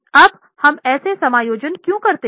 अब हम ऐसा समायोजन क्यों करते हैं